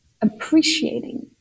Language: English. appreciating